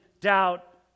doubt